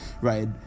right